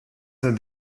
that